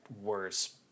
worse